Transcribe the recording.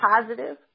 positive